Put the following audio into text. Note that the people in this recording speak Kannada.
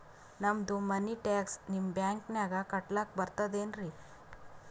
ನಮ್ದು ಮನಿ ಟ್ಯಾಕ್ಸ ನಿಮ್ಮ ಬ್ಯಾಂಕಿನಾಗ ಕಟ್ಲಾಕ ಬರ್ತದೇನ್ರಿ?